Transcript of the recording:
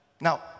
Now